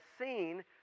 seen